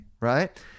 right